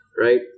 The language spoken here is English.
Right